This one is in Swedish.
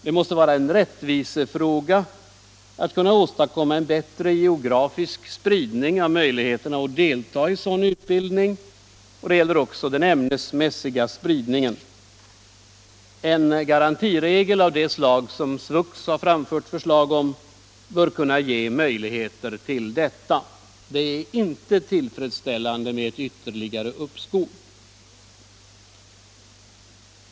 Det måste vara en rättvisefråga att kunna åstadkomma en bättre geografisk spridning av möjligheterna att delta i sådan utbildning. Det gäller också den ämnesmässiga spridningen. En garantiregel av det slag som SVUX framfört förslag om bör kunna ge möjligheter till detta. Det är inte tillfredsställande med ett ytterligare uppskov.